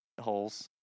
holes